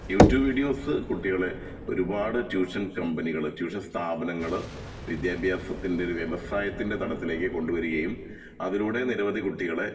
YouTube videos കുട്ടികളെ ഒരുപാട് tuition കമ്പനികൾ ട്യൂഷൻ സ്ഥാപനങ്ങൾ വിദ്യാഭ്യാസത്തിൻ്റെ ഒരു വ്യവസായത്തിൻ്റെ തടത്തിലേക്ക് കൊണ്ട് വരുകയും അതിലൂടെ നിരവധി കുട്ടികളെ